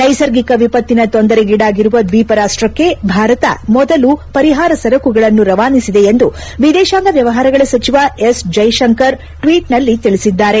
ನ್ನೆಸರ್ಗಿಕ ವಿಪತ್ತಿನ ತೊಂದರೆಗೀಡಾಗಿರುವ ದ್ವೀಪ ರಾಷ್ಲಕ್ಷೆ ಭಾರತ ಮೊದಲು ಪರಿಹಾರ ಸರಕುಗಳನ್ನು ರವಾನಿಸಿದೆ ಎಂದು ವಿದೇಶಾಂಗ ಮ್ನವಹಾರಗಳ ಸಚಿವ ಎಸ್ ಜೈಶಂಕರ್ ಟ್ನೀಟ್ನಲ್ಲಿ ತಿಳಿಸಿದ್ದಾರೆ